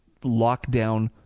lockdown